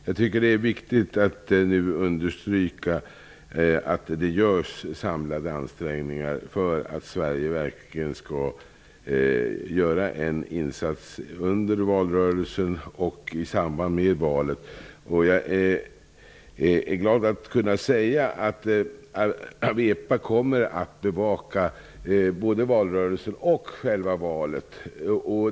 Herr talman! Det är viktigt att understryka att det görs samlade ansträngningar för att Sverige skall kunna göra en insats under valrörelsen och i samband med valet. Jag är glad att kunna säga att AWEPA kommer att bevaka både valrörelsen och själva valet.